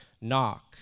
knock